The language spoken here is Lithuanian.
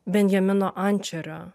benjamino ančerio